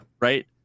Right